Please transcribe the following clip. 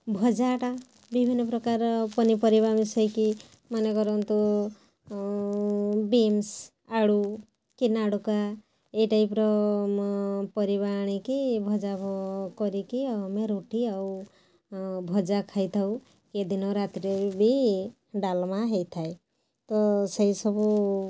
ଭଜାଟା ବିଭିନ୍ନ ପ୍ରକାର ପନିପରିବା ମିଶାଇକି ମାନେ କରନ୍ତୁ ବିନ୍ସ୍ ଆଳୁ କି ନାଡ଼ୁକା ଏଇ ଟାଇପ୍ର ପରିବା ଆଣିକି ଭଜା କରିକି ଆଉ ଆମେ ରୁଟି ଆଉ ଭଜା ଖାଇଥାଉ କିଏ ଦିନ ରାତିରେ ବି ଡାଲମା ହେଇଥାଏ ତ ସେଇ ସବୁ